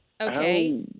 Okay